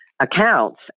accounts